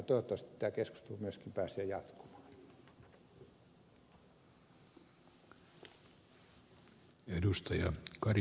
toivottavasti tämä keskustelu myöskin pääsee jatkumaan